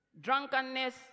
drunkenness